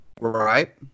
Right